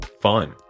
fun